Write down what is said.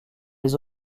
les